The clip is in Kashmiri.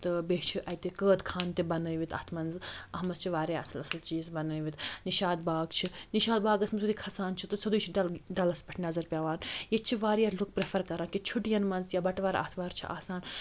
تہٕ بیٚیہِ چھِ اَتہِ قٲد خان تہِ بَنٲوِتھ اَتھ منٛز اَتھ منٛز چھِ واریاہ اَصٕل اَصٕل چیٖز بَنٲوِتھ نِشاط باغ چھُ نِشاط باغَس منٛز یُتھُے کھَسان چھُ تہٕ سیوٚدُے چھُ ڈَلَس پٮ۪ٹھ نظر پیٚوان ییٚتہِ چھِ واریاہ لُکھ پرٛٮ۪فَر کَران کہِ چھُٹیَن منٛز یا بَٹوار آتھوار چھِ آسان